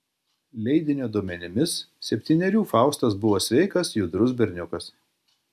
leidinio duomenimis septynerių faustas buvo sveikas judrus berniukas